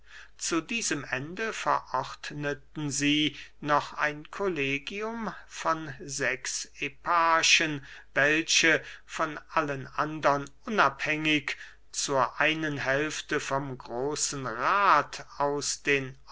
zu diesem ende verordneten sie noch ein kollegium von sechs eparchen welche von allen andern unabhängig zur einen hälfte vom großen rath aus den